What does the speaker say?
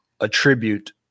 attribute